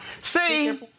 See